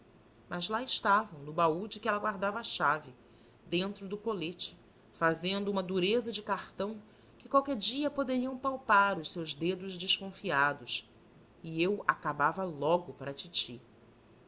mas lá estavam no baú de que ela guardava a chave dentro do colete fazendo uma dureza de cartão que qualquer dia poderiam palpar os seus dedos desconfiados e eu acabava logo para titi abri